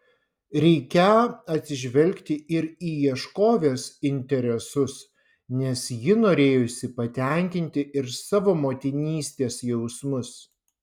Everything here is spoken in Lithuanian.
reikią atsižvelgti ir į ieškovės interesus nes ji norėjusi patenkinti ir savo motinystės jausmus